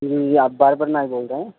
جی آپ باربر نائی بول رہے ہیں